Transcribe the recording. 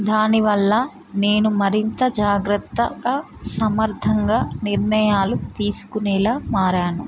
దానివల్ల నేను మరింత జాగ్రత్తగా సమర్థంగా నిర్ణయాలు తీసుకునేలాగ మారాను